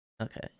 Okay